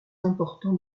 importants